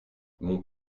mon